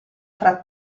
fra